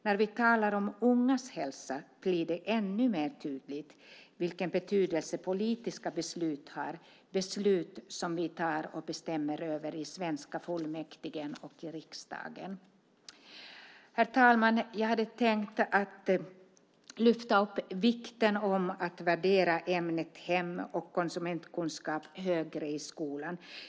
När vi talar om ungas hälsa blir det ännu tydligare vilken betydelse politiska beslut har - beslut som vi politiker fattar och bestämmer över i svenska fullmäktigeförsamlingar och i riksdagen. Herr talman! Jag hade tänkt understryka vikten av att högre värdera ämnet hem och konsumentkunskap i skolan.